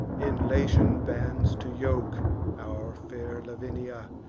in latian bands to yoke our fair lavinia,